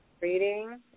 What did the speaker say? reading